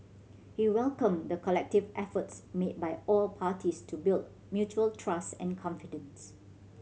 he welcomed the collective efforts made by all parties to build mutual trust and confidence